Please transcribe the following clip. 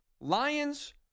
Lions